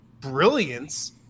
brilliance